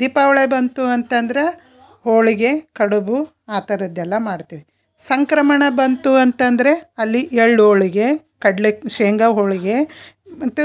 ದೀಪಾವಳಿ ಬಂತು ಅಂತಂದ್ರೆ ಹೋಳಿಗೆ ಕಡುಬು ಆ ಥರದ್ದೆಲ್ಲ ಮಾಡ್ತೀವಿ ಸಂಕ್ರಮಣ ಬಂತು ಅಂತಂದರೆ ಅಲ್ಲಿ ಎಳ್ಳು ಹೋಳಿಗೆ ಕಡಲೆ ಶೇಂಗಾ ಹೋಳಿಗೆ ಮತ್ತು